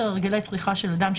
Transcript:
(10)הרגלי צריכה של אדם,